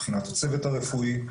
מבחינת הצוות הרפואי.